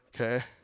Okay